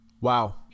Wow